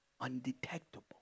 undetectable